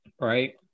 right